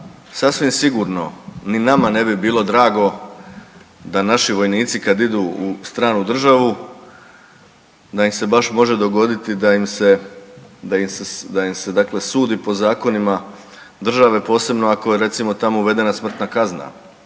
sasvim sigurno ni nama ne bi bilo drago da naši vojnici kad idu u stranu državu, da im se baš može dogoditi da im se, da im se dakle sudi po zakonima države, posebno, ako je recimo, tamo uvedena smrtna kazna